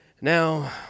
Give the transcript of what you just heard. now